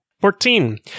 Fourteen